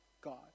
God